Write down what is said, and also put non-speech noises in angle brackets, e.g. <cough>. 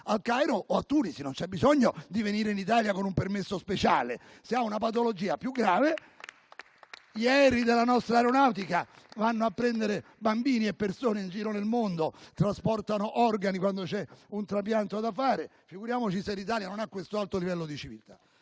al Cairo o a Tunisi e non c'è bisogno di venire in Italia con un permesso speciale. <applause> Se ha una patologia più grave, può farlo; gli aerei della nostra Aeronautica vanno a prendere bambini e persone in giro nel mondo e trasportano organi, quando c'è un trapianto da fare: figuriamoci se L'Italia non ha questo alto livello di civiltà.